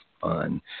fun